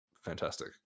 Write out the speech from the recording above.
fantastic